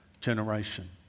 generation